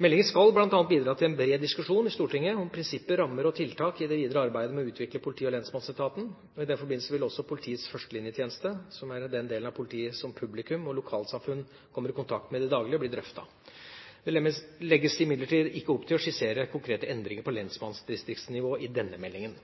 Meldingen skal bl.a. bidra til en bred diskusjon i Stortinget om prinsipper, rammer og tiltak i det videre arbeidet med å utvikle politi- og lensmannsetaten. I den forbindelse vil også politiets førstelinjetjeneste, som er den delen av politiet som publikum og lokalsamfunn kommer i kontakt med i det daglige, bli drøftet. Det legges imidlertid ikke opp til å skissere konkrete endringer på lensmannsdistriktsnivå i denne meldingen.